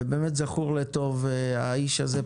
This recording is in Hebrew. ובאמת זכור לטוב האיש הזה,